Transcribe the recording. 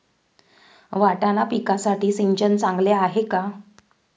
वाटाणा पिकासाठी सिंचन चांगले आहे का?